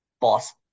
boss